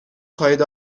خواهید